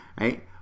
Right